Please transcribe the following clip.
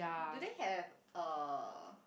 do they have uh